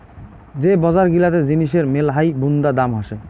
যে বজার গিলাতে জিনিসের মেলহাই বুন্দা দাম হসে